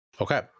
Okay